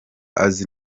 azi